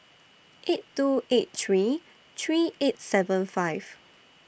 eight two eight three three eight seven five